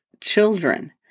children